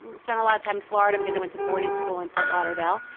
spent a lot of time in florida because i went to boarding school in fort lauderdale.